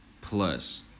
plus